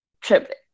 trip